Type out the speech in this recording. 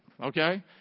okay